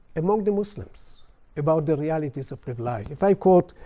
among the muslims about the realities of if like if i quote